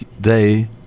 day